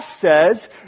says